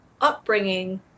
upbringing